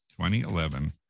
2011